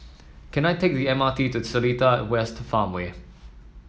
can I take the M R T to Seletar West Farmway